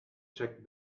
checkt